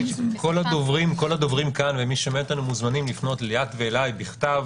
כל הדוברים כאן ומי ששומע אותנו כאן מוזמנים לפנות לליאת ואלי בכתב,